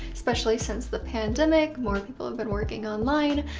especially since the pandemic more people have been working online.